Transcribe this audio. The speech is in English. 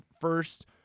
first